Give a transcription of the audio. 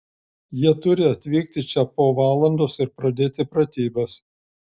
jie turi atvykti čia po valandos ir pradėti pratybas